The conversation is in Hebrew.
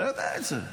אתה יודע את זה.